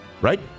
right